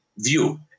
View